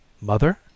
Mother